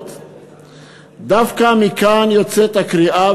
דווקא מכאן יוצאת הקריאה,